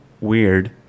weird